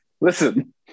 listen